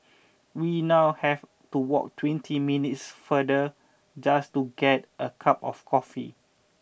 we now have to walk twenty minutes farther just to get a cup of coffee